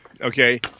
Okay